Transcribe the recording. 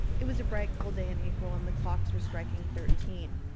it was a bright cold day in april, and the clocks were striking thirteen.